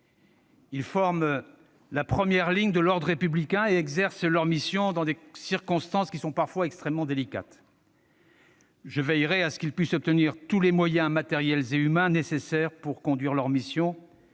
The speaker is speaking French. Ils forment la première ligne de l'ordre républicain et exercent leur mission dans des circonstances qui sont parfois extrêmement délicates. Je veillerai à ce qu'ils puissent obtenir tous les moyens, matériels et humains, qui sont nécessaires pour leur permettre